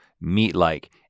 meat-like